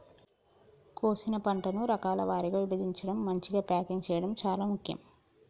కోసిన పంటను రకాల వారీగా విభజించడం, మంచిగ ప్యాకింగ్ చేయడం చాలా ముఖ్యం